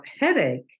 headache